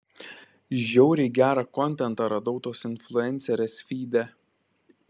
žiauriai gerą kontentą radau tos influencerės fyde